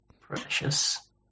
Precious